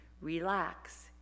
Relax